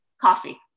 Coffee